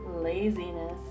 laziness